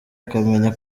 akamenya